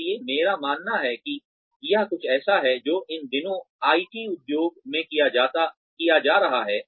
इसलिए मेरा मानना है कि यह कुछ ऐसा है जो इन दिनों आईटी उद्योग में किया जा रहा है